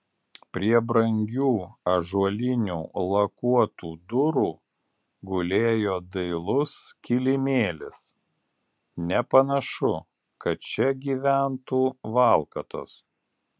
prie brangių ąžuolinių lakuotų durų gulėjo dailus kilimėlis nepanašu kad čia gyventų valkatos